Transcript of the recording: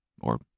or